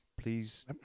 Please